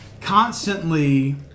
constantly